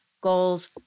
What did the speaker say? goals